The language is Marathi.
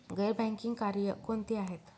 गैर बँकिंग कार्य कोणती आहेत?